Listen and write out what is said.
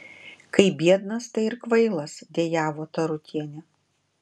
kai biednas tai ir kvailas dejavo tarutienė